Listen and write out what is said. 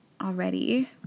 already